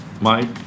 Mike